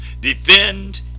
defend